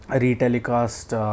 re-telecast